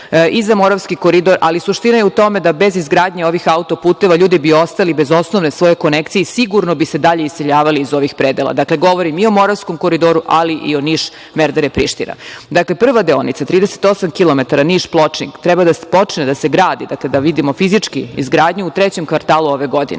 za Moravski koridor, ali suština je u tome da bez izgradnje novih autoputeva, ljudi bi ostali bez osnovne svoje konekcije i sigurno bi se dalje iseljavali iz ovih predela. Dakle, govorim i o Moravskom koridoru, ali i o Niš-Merdare-Priština. Dakle, prva deonica, 38 kilometara, Niš-Pločnik, treba da počne da se gradi, dakle da vidimo fizički izgradnju u trećem kvartalu ove godine. Vlada